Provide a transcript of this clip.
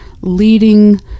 leading